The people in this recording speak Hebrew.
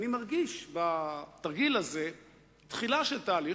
אני מרגיש בתרגיל הזה תחילה של תהליך